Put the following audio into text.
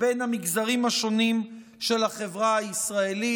בין המגזרים השונים של החברה הישראלית?